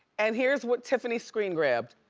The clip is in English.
and here's what tiffany screen-grabbed.